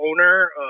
owner